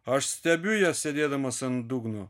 aš stebiu ją sėdėdamas ant dugno